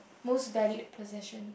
most valued possession